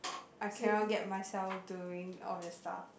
I cannot get myself doing all the stuff